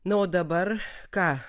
na o dabar ką